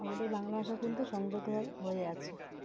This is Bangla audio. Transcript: আমাদের বাংলা ভাষা কিন্তু সংযত হয়ে আছে